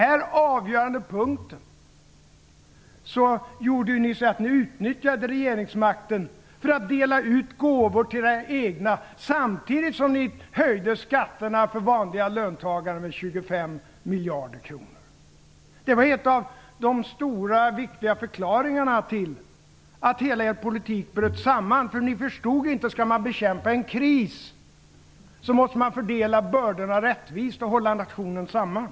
På den avgörande punkten utnyttjade ni regeringsmakten för att dela ut gåvor till era egna samtidigt som ni höjde skatterna för vanliga löntagare med 25 miljarder kronor. Det var en av de stora viktiga förklaringarna till att hela er politik bröt samman. Ni förstod inte att om man skall bekämpa en kris måste man fördela bördorna rättvist och hålla nationen samman.